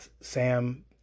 Sam